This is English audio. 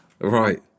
Right